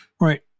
Right